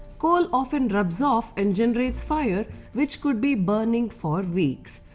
coal often rubs off and generates fire which could be burning for weeks!